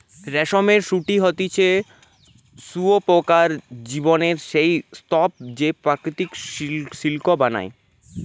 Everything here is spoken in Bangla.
রেশমের গুটি হতিছে শুঁয়োপোকার জীবনের সেই স্তুপ যে প্রকৃত সিল্ক বানায়